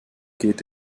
geht